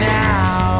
now